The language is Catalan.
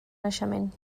naixement